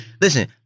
Listen